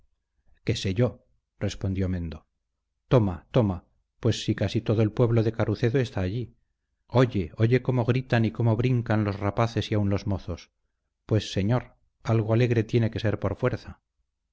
qué sé yo respondió mendo toma toma pues si casi todo el pueblo de carucedo está allí oye oye cómo gritan y cómo brincan los rapaces y aun los mozos pues señor algo alegre tiene que ser por fuerza